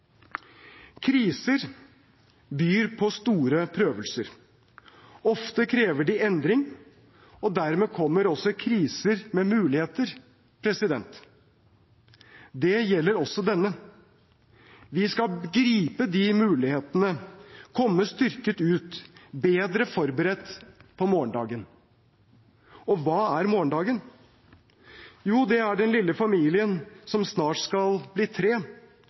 Kriser byr på store prøvelser. Ofte krever de endring. Dermed kommer også kriser med muligheter. Det gjelder også denne. Vi skal gripe de mulighetene, komme styrket ut, bedre forberedt på morgendagen. Og hva er morgendagen? Jo, det er den lille familien som snart skal bli tre